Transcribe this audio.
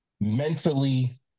mentally